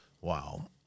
Wow